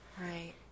Right